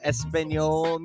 Espanol